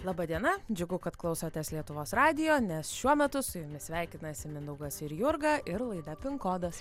laba diena džiugu kad klausotės lietuvos radijo nes šiuo metu su jumis sveikinasi mindaugas ir jurga ir laida pin kodas